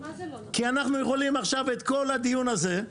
כי כל הדיון הזה,